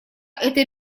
этой